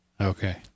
Okay